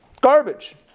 garbage